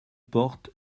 portes